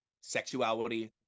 sexuality